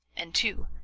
and two,